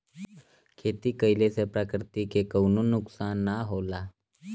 खेती कइले से प्रकृति के कउनो नुकसान ना होला